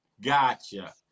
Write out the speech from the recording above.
gotcha